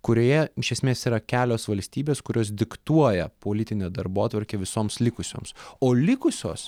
kurioje iš esmės yra kelios valstybės kurios diktuoja politinę darbotvarkę visoms likusioms o likusios